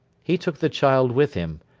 he took the child with him.